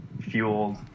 fueled